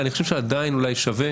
אני חושב שעדיין שווה